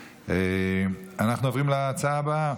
אנחנו עוברים להצעה הבא,